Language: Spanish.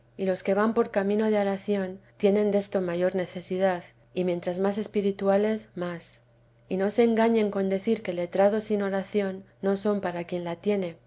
y los que van por camino de oración tienen desto mayor necesidad y mientras más espirituales más y no se engañen con decir que letrados sin oración no son para quien la tiene